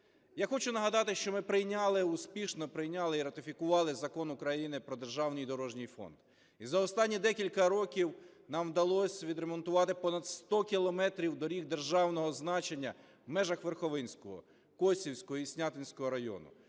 Я хочу нагадати, що ми прийняли, успішно прийняли і ратифікували Закон України про Державний дорожній фонд. І за останні декілька років нам вдалось відремонтувати понад 100 кілометрів доріг державного значення в межах Верховинського, Косівського і Снятинського районів.